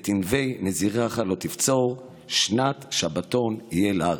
ואת ענבי נזירך לא תבצֹר שנת שבתון יהיה לארץ".